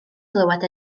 glywed